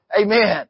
Amen